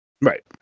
Right